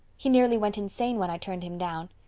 he nearly went insane when i turned him down.